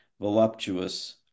voluptuous